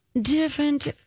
different